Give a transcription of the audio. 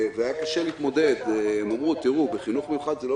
והיה קשה להתמודד: בחינוך המיוחד זה לא